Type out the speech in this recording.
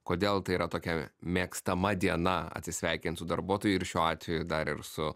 kodėl tai yra tokia mėgstama diena atsisveikint su darbuotoju ir šiuo atveju dar ir su